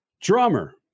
drummer